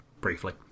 briefly